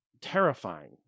terrifying